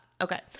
Okay